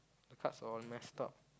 cards are all messed up